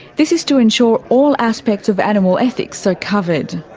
this is to ensure all aspects of animal ethics are covered.